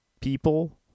people